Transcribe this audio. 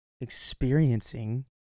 experiencing